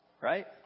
right